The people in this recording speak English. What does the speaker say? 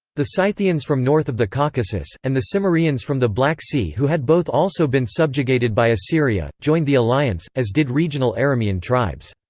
the scythians from north of the caucasus, and the so cimmerians from the black sea who had both also been subjugated by assyria, joined the alliance, as did regional aramean tribes.